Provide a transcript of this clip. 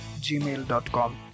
gmail.com